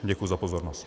Děkuji za pozornost.